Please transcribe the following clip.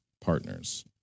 partners